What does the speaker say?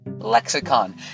lexicon